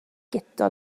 guto